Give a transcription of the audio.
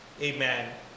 Amen